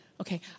Okay